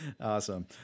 Awesome